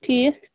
ٹھیٖک